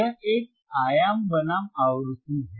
यह एक आयाम बनाम आवृत्ति है